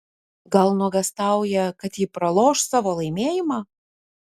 gal nuogąstauja kad ji praloš savo laimėjimą